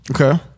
Okay